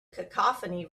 cacophony